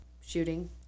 shooting